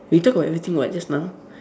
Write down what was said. we talk about everything what just now